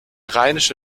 rheinische